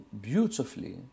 beautifully